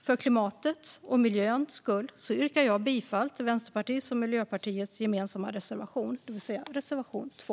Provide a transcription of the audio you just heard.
För klimatets och miljöns skull yrkar jag bifall till Vänsterpartiets och Miljöpartiets gemensamma reservation, det vill säga reservation 2.